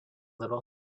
little